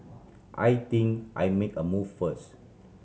I think I make a move first